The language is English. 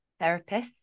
therapists